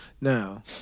Now